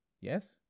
Yes